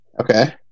Okay